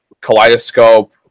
Kaleidoscope